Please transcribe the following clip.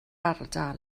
ardal